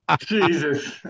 Jesus